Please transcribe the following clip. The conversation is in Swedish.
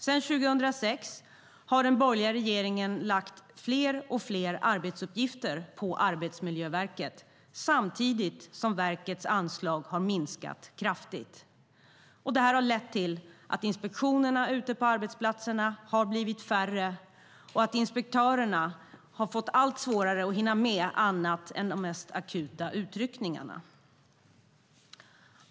Sedan 2006 har den borgerliga regeringen lagt fler och fler arbetsuppgifter på Arbetsmiljöverket samtidigt som verkets anslag har minskat kraftigt. Det har lett till att inspektionerna ute på arbetsplatserna har blivit färre och att inspektörerna fått allt svårare att hinna med annat än de mest akuta utryckningarna.